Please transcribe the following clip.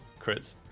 crits